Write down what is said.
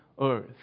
earth